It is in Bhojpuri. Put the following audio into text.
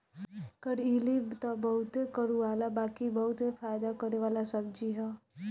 करइली तअ बहुते कड़ूआला बाकि इ बहुते फायदा करेवाला सब्जी हअ